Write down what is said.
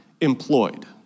employed